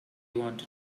wanted